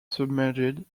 submerged